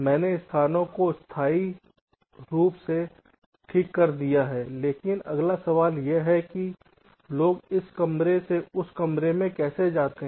मैंने स्थानों को अस्थायी रूप से ठीक कर दिया है लेकिन अगला सवाल यह है कि लोग इस कमरे से उस कमरे में कैसे जाते हैं